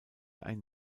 ein